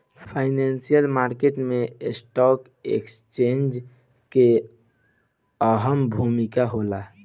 financial market में stock exchange के अहम भूमिका होला